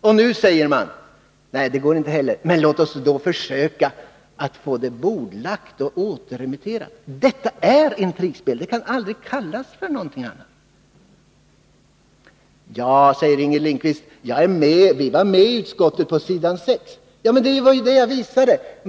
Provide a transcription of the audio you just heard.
Eftersom det inte gick säger moderaterna nu: Låt oss försöka få ärendet bordlagt och återremitterat. Jag anser detta vara intrigspel. Det kan inte kallas för någonting annat. Men vi var med i utskottet, sade Inger Lindquist. Det framgår på s. 6 i utskottets betänkande. Ja, det var ju det jag visade.